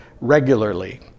regularly